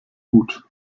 gut